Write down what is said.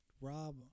Rob